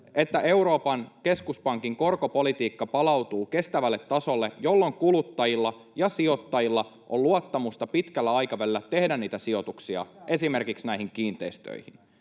Euroopan keskuspankin korkopolitiikka palautuu kestävälle tasolle, jolloin kuluttajilla ja sijoittajilla on luottamusta pitkällä aikavälillä tehdä niitä sijoituksia esimerkiksi kiinteistöihin.